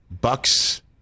Bucks